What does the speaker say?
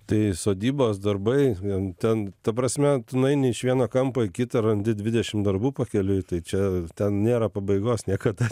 tai sodybos darbai vien ten ta prasme tu nueini iš vieno kampo į kitą randi dvidešim darbų pakeliui tai čia ten nėra pabaigos niekada